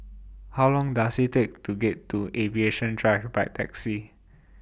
How Long Does IT Take to get to Aviation Drive By Taxi